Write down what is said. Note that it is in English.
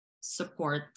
support